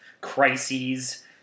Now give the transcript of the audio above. crises